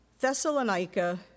Thessalonica